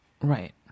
Right